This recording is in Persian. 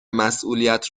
مسئولیت